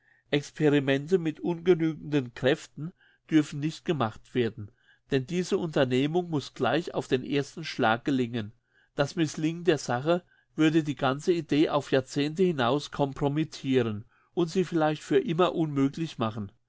experimente mit ungenügenden kräften dürfen nicht gemacht werden denn diese unternehmung muss gleich auf den ersten schlag gelingen das misslingen der sache würde die ganze idee auf jahrzehnte hinaus compromittiren und sie vielleicht für immer unmöglich machen